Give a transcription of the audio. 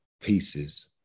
pieces